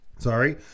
Sorry